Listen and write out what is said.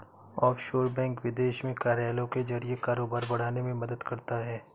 offshore bank विदेश में कार्यालयों के जरिए कारोबार बढ़ाने में मदद करता है